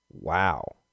Wow